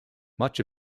much